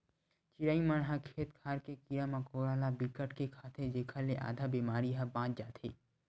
चिरई मन ह खेत खार के कीरा मकोरा ल बिकट के खाथे जेखर ले आधा बेमारी ह बाच जाथे